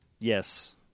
Yes